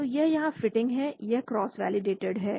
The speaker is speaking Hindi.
तो यह यहां फिटिंग है यह क्रॉस वैलिडेटेड है